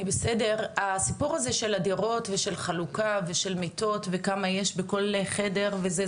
הסיפור הזה של הדירות ושל חלוקה ושל מיטות וכמה יש בכל חדר וזה,